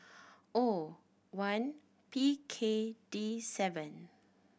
O one P K D seven